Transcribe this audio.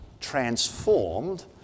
transformed